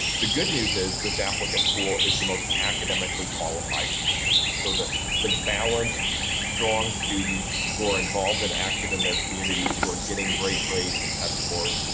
the good news is this applicant pool is the most academically qualified we've seen. so that the balanced strong students who are involved and active in their communities, who are getting great grades and test scores,